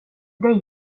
för